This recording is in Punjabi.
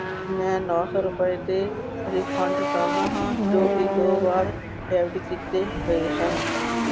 ਮੈਂ ਨੌ ਸੌ ਰੁਪਏ 'ਤੇ ਰਿਫੰਡ ਚਾਹੁੰਦਾ ਹਾਂ ਜੋ ਕਿ ਦੋ ਵਾਰ ਡੈਬਿਟ ਕੀਤੇ ਗਏ ਸਨ